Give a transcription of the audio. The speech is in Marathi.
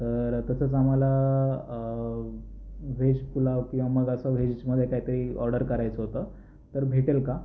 तरं तसंच आम्हाला व्हेज पुलाव किंवा मग असं व्हेजमध्ये काही तरी ऑर्डर करायचं होतं तर भेटेल का